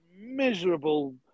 miserable